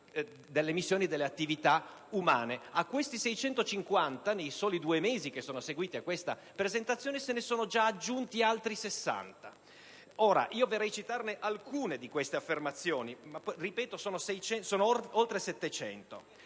dalle emissioni delle attività umane. A questi 650, nei soli due mesi seguiti a tale presentazione, se ne sono già aggiunti altri 60. Vorrei citarvi alcune di queste affermazioni, che - lo ripeto - sono oltre 700.